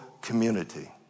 community